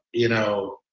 you know.